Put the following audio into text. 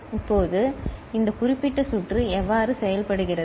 இப்போது இந்த குறிப்பிட்ட சுற்று எவ்வாறு செயல்படுகிறது